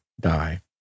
die